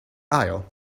aisle